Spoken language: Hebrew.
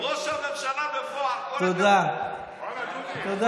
ראש הממשלה בפועל, כל הכבוד.